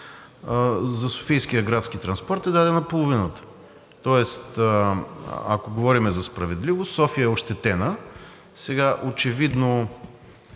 за Софийския градски транспорт е дадено половината, тоест, ако говорим за справедливост, София е ощетена. Очевидно